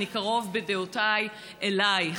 אני קרוב בדעותיי אלייך.